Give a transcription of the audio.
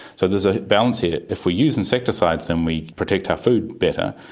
so there's a balance here. if we use insecticides then we protect our food better.